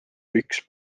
üks